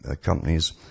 companies